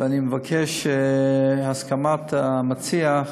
אני מבקש את הסכמת המציע.